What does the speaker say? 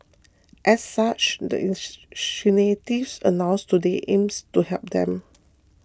as such the announced today aims to help them